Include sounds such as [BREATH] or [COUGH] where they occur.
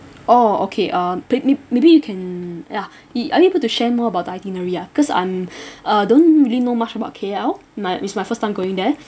orh okay uh [NOISE] may maybe you can ya it are you able to share more about itinerary ah because I'm [BREATH] uh don't really know much about K_L my it's my first time going there